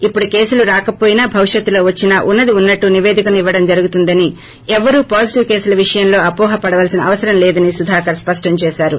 ఇప్పుడు కేసులు రాకవోయినా భవిష్యత్తు లో వచ్చినా వున్నది వున్నట్టు నివేదికను ఇవ్వటం జరుగుతుందని ఎవ్వరూ పాజిటివ్ కేసులు విషయంలో అవోహలు పడవలసిన అవసరం లేదని సుధాకర్ స్పష్టం చేశారు